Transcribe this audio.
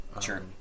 Sure